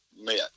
met